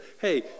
hey